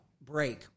break